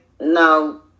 no